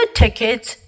tickets